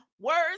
words